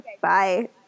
Bye